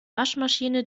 waschmaschine